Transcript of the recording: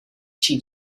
chief